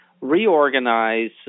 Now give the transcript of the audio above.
reorganize